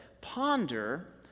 Ponder